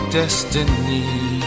destiny